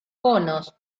conos